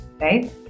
right